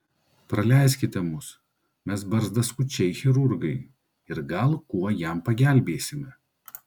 praleiskite mus mes barzdaskučiai chirurgai ir gal kuo jam pagelbėsime